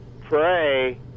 pray